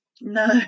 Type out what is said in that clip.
no